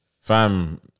Fam